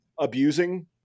abusing